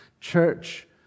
church